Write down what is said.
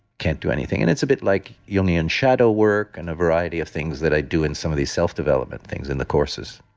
can't do anything. and it's a bit like union shadow work and a variety of things that i do in some of these self-development things in the courses